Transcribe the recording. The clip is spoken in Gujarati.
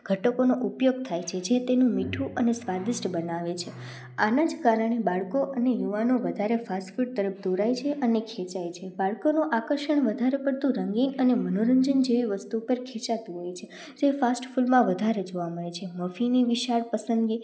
ઘટકોનો ઉપયોગ થાય છે જે તેનું મીઠું અને સ્વાદિષ્ટ બનાવે છે આનાજ કારણે બાળકો અને યુવાનો વધારે ફાસ્ટફૂડ તરફ દોરાય છે અને ખેંચાય છે બાળકોનું આકર્ષણ વધારે પડતું રંગીન અને મનોરંજન જે વસ્તુ પર ખેંચાતું હોય છે જે ફાસ્ટફૂડમાં વધારે જોવા મળે છે મફિની વિશાળ પસંદગી